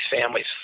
families